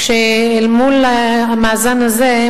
כשאל מול המאזן הזה,